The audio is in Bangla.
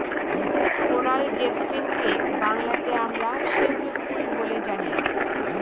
কোরাল জেসমিনকে বাংলাতে আমরা শিউলি ফুল বলে জানি